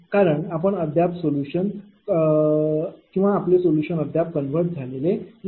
कारण आपण अद्याप सोलुशन कन्वर्ज झालेले नाही